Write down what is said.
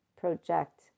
Project